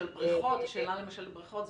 השאלה למשל של בריכות,